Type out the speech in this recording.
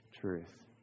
truth